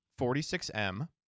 46M